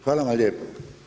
Hvala vam lijepo.